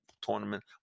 tournament